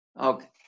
okay